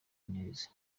neza